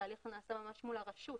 התהליך נעשה ממש מול הרשות,